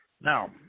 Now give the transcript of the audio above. Now